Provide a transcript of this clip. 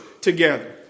together